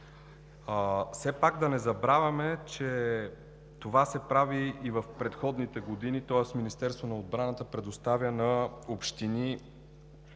Все пак да не забравяме, че това се прави и в предходните години, тоест Министерството на отбраната предоставя на общини